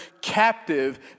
captive